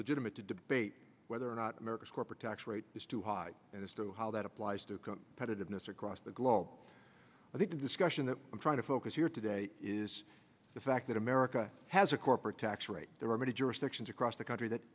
legitimate to debate whether or not america's corporate tax rate is too high and as to how that applies to put it in this across the globe i think the discussion that i'm trying to focus here today is the fact that america has a corporate tax rate there are many jurisdictions across the country that